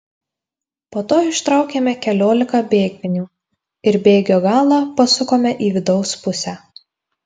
po to ištraukėme keliolika bėgvinių ir bėgio galą pasukome į vidaus pusę